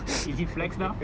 is he flex now ya ya